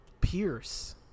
Pierce